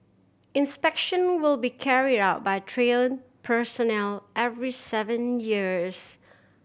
inspection will be carry out by train personnel every seven years